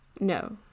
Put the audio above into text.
No